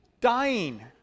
dying